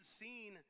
seen